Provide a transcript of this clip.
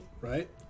right